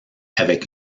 avec